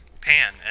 pan